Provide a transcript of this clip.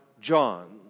John